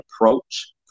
approach